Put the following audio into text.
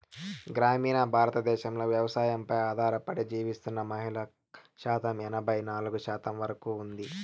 గ్రామీణ భారతదేశంలో వ్యవసాయంపై ఆధారపడి జీవిస్తున్న మహిళల శాతం ఎనబై నాలుగు శాతం వరకు ఉంది